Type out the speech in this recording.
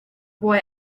boy